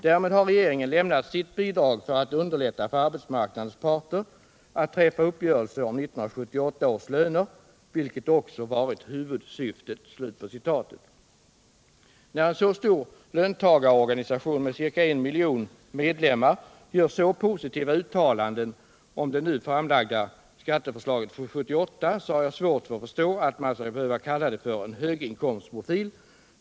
Därmed har regeringen lämnat sitt bidrag för att underlätta för arbetsmarknadens parter att träffa uppgörelse om 1978 års löner, vilket också varit huvudsyftet.” När en så stor löntagarorganisation, med ca en miljon medlemmar, gör så positiva uttalanden om det nu framlagda skatteförslaget för 1978 har jag svårt att förstå att man skall behöva påstå att det har en höginkomstprofil.